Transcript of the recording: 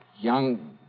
young